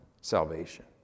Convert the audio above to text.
salvation